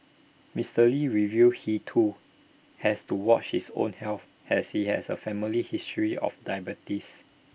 Mister lee revealed he too has to watch his own health as he has A family history of diabetes